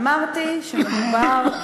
אמרתי שמדובר,